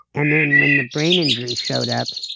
and then when the brain injury showed up,